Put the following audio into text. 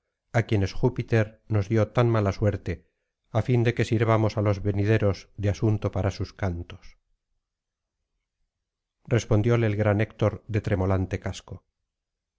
á quienes júpiter nos dio tan mala suerte á fin de que sirvamos á los venideros de asunto para sus cantos respondióle el gran héctor de